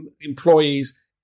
employees